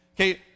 okay